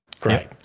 Great